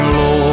Lord